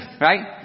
right